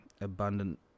abundant